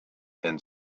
and